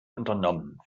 unternommen